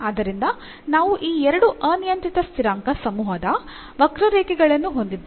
ಆದ್ದರಿಂದ ನಾವು ಈ ಎರಡು ಅನಿಯಂತ್ರಿತ ಸ್ಥಿರಾಂಕ ಸಮೂಹದ ವಕ್ರರೇಖೆಗಳನ್ನು ಹೊಂದಿದ್ದೇವೆ